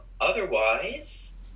Otherwise